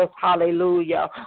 hallelujah